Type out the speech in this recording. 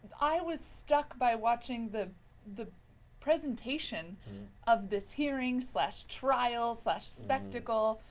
i was struck by watching the the presentation of this hearing so trial spectacle.